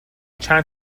چند